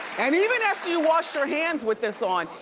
and even after you washed your hands with this on,